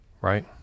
Right